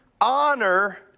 honor